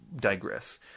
digress